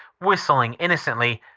whistling innocently,